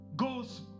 Goes